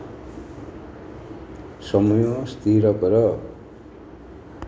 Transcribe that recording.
ସମୟ ସ୍ଥିର କର